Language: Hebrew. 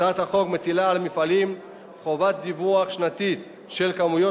הצעת החוק מטילה על מפעלים חובת דיווח שנתית על כמויות